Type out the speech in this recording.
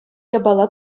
япала